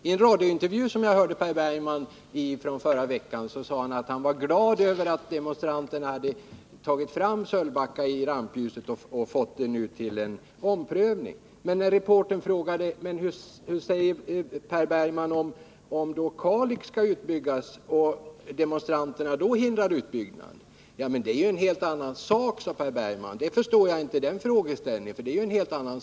I en radiointervju förra veckan sade Per Bergman att han var glad över att demonstranterna hade dragit fram Sölvbacka i rampljuset och fått till stånd en omprövning. Reportern frågade då: Vad säger Per Bergman, om Kalix älv skall byggas ut och demonstranterna då hindrar en utbyggnad? På detta svarade Per Bergman: Men det är ju en helt annan sak, den frågeställningen förstår jag inte.